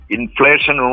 Inflation